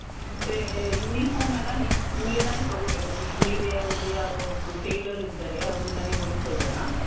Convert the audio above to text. ಮತ್ತು ಯುನಿಫಾರ್ಮ್ ಎಲ್ಲ ನೀವು ಸ್ಕೂಲಿಂದಲೇ ತಗೋಬೇಕು ಅಂದರೆ ಸ್ಕೂಲಿನದ್ದೆ ಅವರದೇ ಆದ ಒಬ್ಬರು ಟೇಲರ್ ಇದ್ದಾರೆ ಅವರಿಂದಲೇ ಹೊಲಿಸೋದೆಲ್ಲ